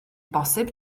bosibl